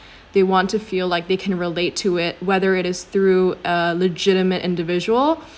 they want to feel like they can relate to it whether it is through a legitimate individual